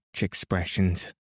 expressions